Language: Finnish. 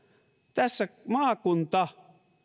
tässä maakunta